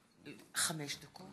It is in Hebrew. עד חמש דקות,